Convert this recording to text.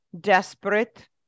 desperate